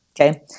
Okay